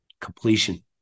Completion